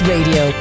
Radio